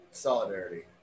Solidarity